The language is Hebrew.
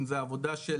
אם זה עבודה של,